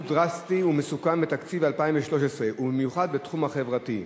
דרסטי ומסוכן בתקציב 2013 ובמיוחד בתחום החברתי.